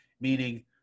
meaning